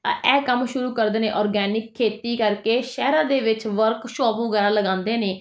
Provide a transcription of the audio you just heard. ਅ ਇਹ ਕੰਮ ਸ਼ੁਰੂ ਕਰਦੇ ਓਰਗੈਨਿਕ ਖੇਤੀ ਕਰਕੇ ਸ਼ਹਿਰਾਂ ਦੇ ਵਿੱਚ ਵਰਕ ਸ਼ੋਪ ਵਗੈਰਾ ਲਗਾਉਂਦੇ ਨੇ